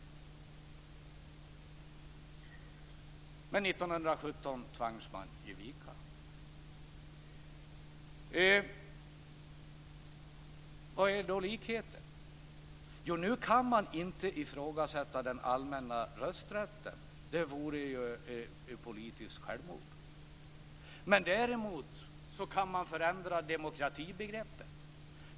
Men 1917 tvangs man att ge vika. Vari ligger då likheten? Nu kan man inte ifrågasätta den allmänna rösträtten, för det vore ett politiskt självmord. Däremot kan man förändra demokratibegreppet.